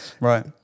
right